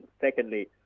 secondly